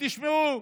תשמעו,